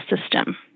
system